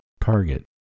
target